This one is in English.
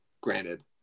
Granted